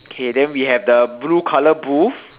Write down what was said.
okay then we have the blue colour booth